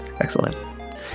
Excellent